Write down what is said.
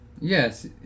yes